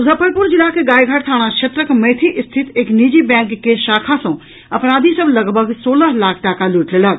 मुजफ्फरपुर जिलाक गायघाट थाना क्षेत्रक मैथी स्थित एक निजी बैंक के शाखा सँ अपराधी सभ लगभग सोलह लाख टाका लूटि लेलक